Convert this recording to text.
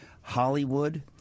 Hollywood